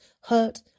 hurt